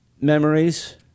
memories